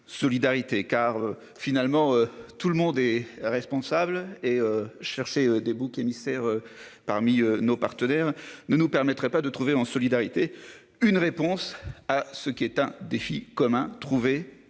solidarité. Car finalement tout le monde est responsable et chercher des boucs émissaires parmi nos partenaires ne nous permettrait pas de trouver en solidarité une réponse à ce qui est un défi commun trouver un